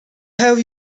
have